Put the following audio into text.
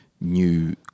new